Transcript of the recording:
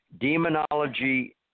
Demonology